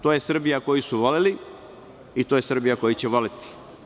To je Srbija koju su voleli i to je Srbija koju će voleti.